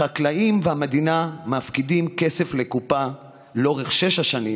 החקלאים והמדינה מפקידים כסף בקופה לאורך שש השנים,